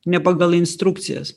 ne pagal instrukcijas